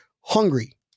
hungry